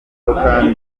abahanzi